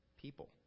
people